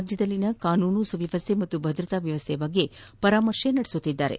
ರಾಜ್ಯದಲ್ಲಿನ ಕಾನೂನು ಸುವ್ಯವಸ್ಥೆ ಹಾಗೂ ಭದ್ರತಾ ವ್ಯವಸ್ಥೆ ಬಗ್ಗೆ ಪರಾಮರ್ತೆ ನಡೆಸುತ್ತಿದ್ದಾರೆ